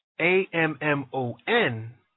A-M-M-O-N